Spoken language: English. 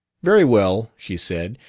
very well, she said,